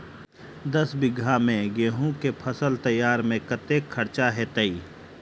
दस बीघा मे गेंहूँ केँ फसल तैयार मे कतेक खर्चा हेतइ?